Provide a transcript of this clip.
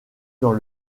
dans